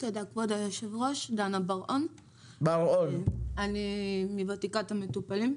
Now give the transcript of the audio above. תודה כבוד היושב-ראש, אני ותיקת המטופלים.